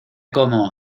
cómo